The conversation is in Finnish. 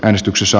äänestyksessä